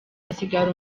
hasigara